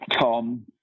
Tom